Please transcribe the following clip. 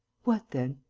what then?